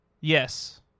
Yes